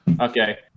Okay